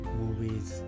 movies